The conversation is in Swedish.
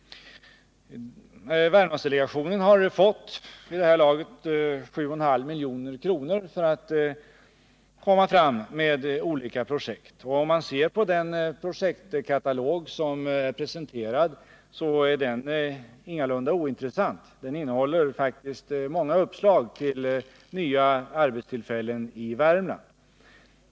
Värmlandsdelegationen har vid det här laget fått 7,5 milj.kr. för att komma fram med förslag till olika projekt. Om man studerar den projektkatalog som är presenterad, finner man att denna ingalunda är ointressant. Den innehåller faktiskt många uppslag till nya arbetstillfällen i Värmland.